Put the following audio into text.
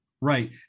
Right